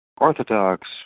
Orthodox